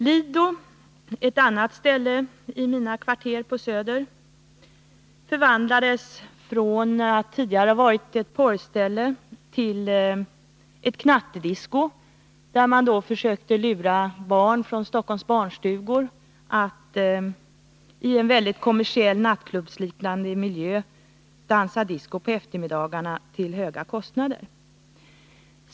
Lido — ett annat ställe i mina kvarter på söder — förvandlades från att tidigare ha varit ett porrställe till att bli ett knattedisko, där man försökte lura barn från Stockholms barnstugor att i en mycket kommersiell, nattklubbsliknande miljö dansa disko på eftermiddagarna till höga kostnader.